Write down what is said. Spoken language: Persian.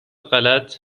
غلط